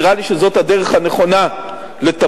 נראה לי שזאת הדרך הנכונה לטפל,